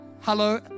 hello